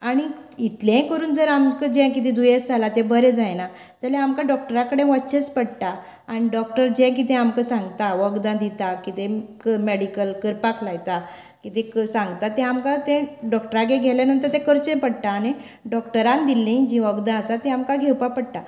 आनी इतलेंय करून जर आमका जें कितें दुयेंस जाला तें बरें जायना जाल्यार आमकां डॉक्टरा कडेन वचेंच पडटा आनी डॉक्टर जें कितें आमका सांगता वखदां दिता कितेंय मॅडिकल करपाक लायता कितें सांगता तें आमकां तें डॉक्टरा कडेन गेले नंतर करचें पडटा आनी डॉक्टरान दिल्ली जीं वखदां आसा तीं आमकां घेवपाक पडटा